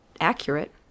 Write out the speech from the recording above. accurate